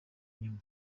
inyuma